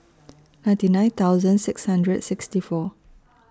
ninety nine thousand six hundred sixty four